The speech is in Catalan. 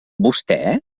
vostè